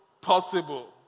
possible